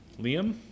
Liam